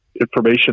information